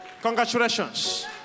Congratulations